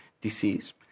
disease